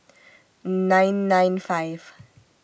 nine nine five